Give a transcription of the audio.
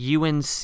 UNC